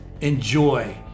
enjoy